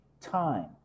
time